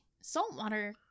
saltwater